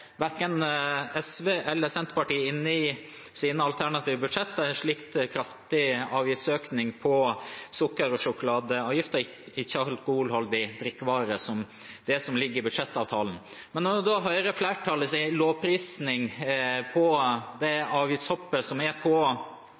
verken SV eller Senterpartiet inne i sine alternative budsjett en slik kraftig avgiftsøkning på sukker og sjokolade og ikke-alkoholholdige drikkevarer som det som ligger i budsjettavtalen. Når en hører flertallets lovprisning av det avgiftshoppet som er på